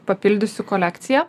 papildysiu kolekciją